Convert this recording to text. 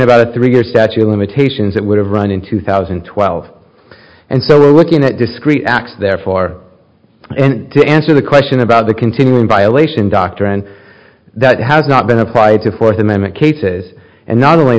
about a three year statute of limitations that would have run in two thousand and twelve and so we're looking at discreet acts therefore and to answer the question about the continuing violation doctrine that has not been applied to fourth amendment cases and not only